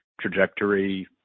trajectory